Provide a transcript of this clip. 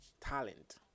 talent